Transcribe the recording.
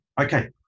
Okay